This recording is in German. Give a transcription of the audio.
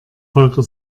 volker